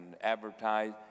advertise